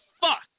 fuck